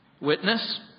Witness